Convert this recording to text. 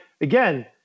again